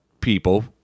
people